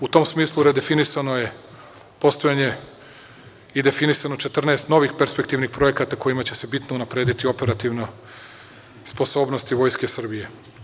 U tom smislu, redefinisano je postojanje i definisano 14 novih perspektivnih projekata kojima će se bitno unaprediti operativna sposobnost Vojske Srbije.